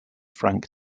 frank